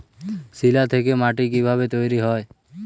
শিলা থেকে মাটি কিভাবে তৈরী হয়?